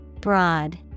Broad